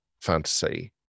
fantasy